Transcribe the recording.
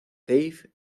dave